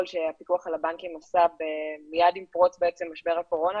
שהפיקוח על הבנקים עושה מיד עם פרוץ משבר הקורונה,